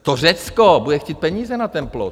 To Řecko bude chtít peníze na ten plot.